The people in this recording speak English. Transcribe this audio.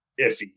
iffy